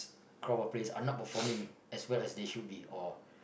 of players are not performing as well as they should be or